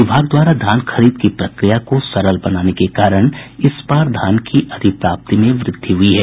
विभाग द्वारा धान खरीद की प्रक्रिया को सरल बनाने के कारण इस बार धान की अधिप्राप्ति में वृद्धि हुई है